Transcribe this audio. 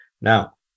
now